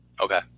Okay